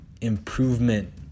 improvement